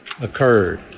occurred